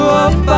up